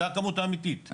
זו הכמות האמתית.